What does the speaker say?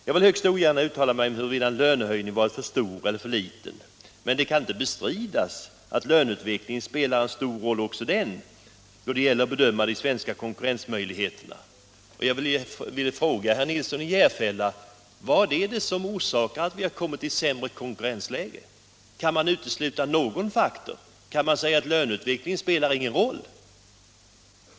Jag vill högst ogärna uttala mig om huruvida en lönehöjning varit för stor eller för liten, men det kan inte bestridas att löneutvecklingen spelar en stor roll också den, då det gäller att bedöma den svenska konkurrensmöjligheten. Jag vill fråga herr Nilsson i Järfälla: Vad är det som orsakat att vi kommit i sämre konkurrensläge? Kan man utesluta någon faktor? Kan man säga att löneutvecklingen inte spelar någon roll?